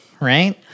right